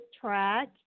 track